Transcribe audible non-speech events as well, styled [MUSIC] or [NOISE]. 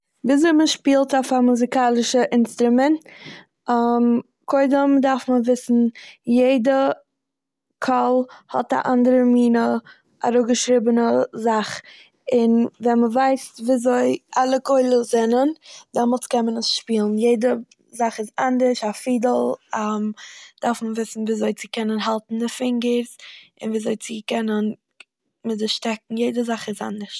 וויזוי מ'שפילט אויף א מוזיקאלישע אינסטרומענט. [HESITATION] קודם דארף מען וויסן- יעדע קול האט א אנדערע מינע אראפגעשריבענע זאך, און ווען מ'ווייסט וויזוי אלע זענען דעמאלטס קען מען עס שפילן. יעדע זאך איז אנדערש. א פידל דארף מען וויסן וויזוי צו קענען האלטן די פינגער, און וויזוי צו קענען מיט די שטעקן. יעדע זאך איז אנדערש.